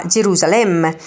Gerusalemme